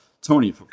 Tony